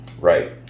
Right